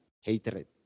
hatred